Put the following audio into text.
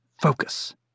Focus